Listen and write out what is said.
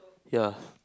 ya